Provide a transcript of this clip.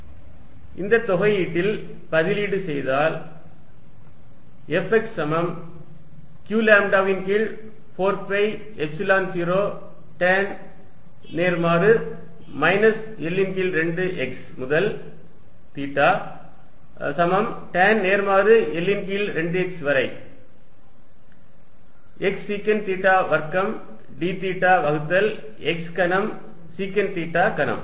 Fxqλ4π0 L2L2xdyx2y232qλx4π0 L2L2dyx2y232 yxtanθ dyxsec2θdθ இதை தொகையீட்டில் பதிலீடு செய்தால் Fx சமம் q லாம்ப்டாவின் கீழ் 4 பை எப்சிலன் 0 டேன் நேர்மாறு மைனஸ் L ன் கீழ் 2 x முதல் தீட்டா சமம் டேன் நேர்மாறு L ன் கீழ் 2 x வரை x சீக்கண்ட் தீட்டா வர்க்கம் d தீட்டா வகுத்தல் x கனம் சீக்கண்ட் தீட்டா கனம்